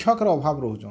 ଶିକ୍ଷକର ଅଭାବ ରହୁଛନ୍